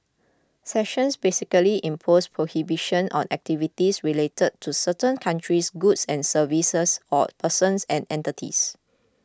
sanctions basically impose prohibitions on activities relating to certain countries goods and services or persons and entities